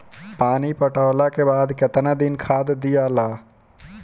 पानी पटवला के बाद केतना दिन खाद दियाला?